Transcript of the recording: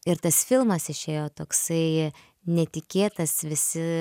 ir tas filmas išėjo toksai netikėtas visi